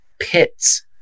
pits